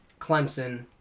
Clemson